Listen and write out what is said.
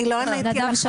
אני לא עניתי על חרדים.